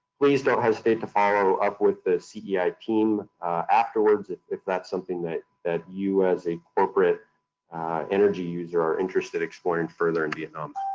please don't hesitate to follow up with the ceia team afterwards if that's something that that you as a corporate energy user are interested in exploring further in vietnam.